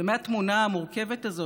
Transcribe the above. ומהתמונה המורכבת הזאת,